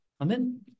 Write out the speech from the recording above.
Amen